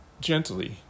gently